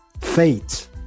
Fate